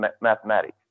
mathematics